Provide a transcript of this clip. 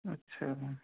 আচ্ছা